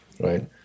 right